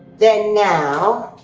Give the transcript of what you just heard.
then now